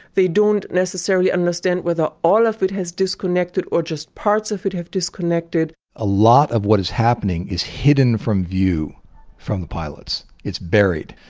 they don't necessarily understand whether all of that has disconnected or just parts of it have disconnected a lot of what is happening is hidden from view from the pilots. it's buried.